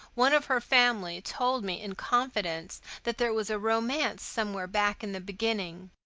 one of her family, told me in confidence that there was a romance somewhere back in the beginning.